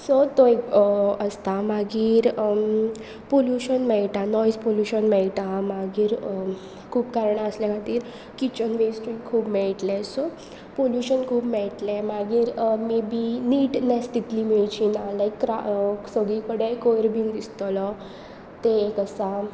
so तो आसता मागीर पोल्युशन मेळटा नॉयज पोल्युशन मेयटा मागीर खूब कारणां आसल्या खातीर किचन वेस्टूय खूब मेळटलें सो पोल्युशन खूब मेळटलें मागीर मे बी नीटनस तितली मेळची ना लायक क्र सगळी कडेन कोयर बीन दिसतलो ते एक आसा